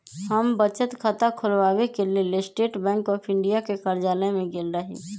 हम बचत खता ख़ोलबाबेके लेल स्टेट बैंक ऑफ इंडिया के कर्जालय में गेल रही